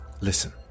Listen